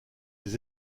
des